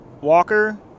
walker